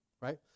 Right